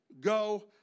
Go